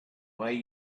way